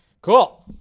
Cool